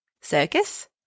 Circus